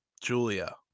Julia